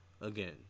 again